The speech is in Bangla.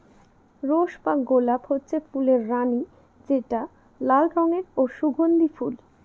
রোস বা গলাপ হচ্ছে ফুলের রানী যেটা লাল রঙের ও সুগন্ধি ফুল